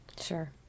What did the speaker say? Sure